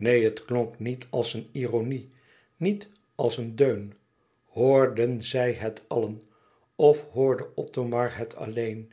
neen het klonk niet als een ironie niet als een deun hoorden zij het allen of hoorde othomar het alleen